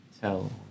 tell